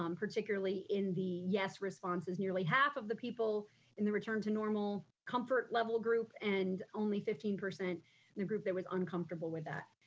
um particularly in the yes responses, nearly half of the people in the return to normal comfort level group, and only fifteen percent in the group that was uncomfortable with that.